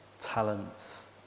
talents